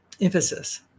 emphasis